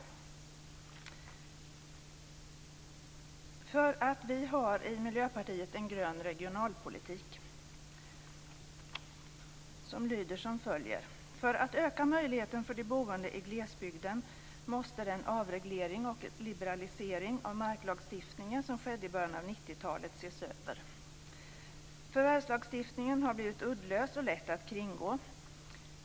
Miljöpartiet har en grön regionalpolitik som lyder som följer. För att öka möjligheten för de boende i glesbygden måste den avreglering och liberalisering av marklagstiftningen som skedde i början av 90-talet ses över. Förvärvslagstiftningen har blivit uddlös och lätt att kringgå.